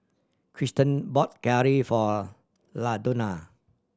Krysten bought curry for Ladonna